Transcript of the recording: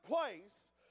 place